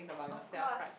of course